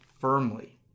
firmly